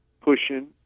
pushing